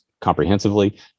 comprehensively